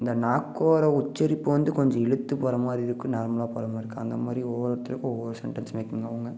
இந்த நாக்கோட உச்சரிப்பு வந்து கொஞ்சம் இழுத்து போகிற மாதிரி இருக்கும் நார்மலாக போகிற மாதிரி இருக்கும் அந்த மாதிரி ஒவ்வொருத்தருக்கும் ஒவ்வொரு சென்டன்ஸ் மேக்கிங் ஆகுங்க